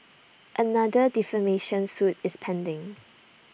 another defamation suit is pending